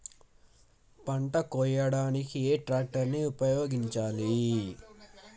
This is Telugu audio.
పంట కోయడానికి ఏ ట్రాక్టర్ ని ఉపయోగించాలి?